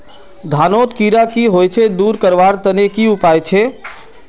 धानोत कीड़ा की होचे दूर करवार तने की उपाय छे?